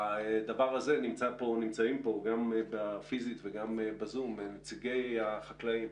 נמצאים כאן גם פיזית וגם ב-זום נציגי החקלאים.